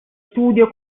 studio